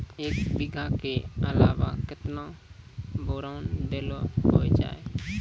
एक बीघा के अलावा केतना बोरान देलो हो जाए?